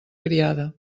criada